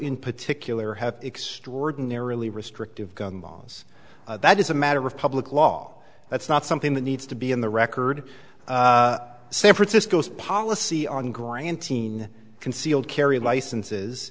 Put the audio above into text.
in particular have extraordinarily restrictive gun laws that is a matter of public law that's not something that needs to be on the record san francisco's policy on granting concealed carry license